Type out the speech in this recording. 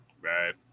Right